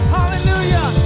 Hallelujah